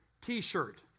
T-shirt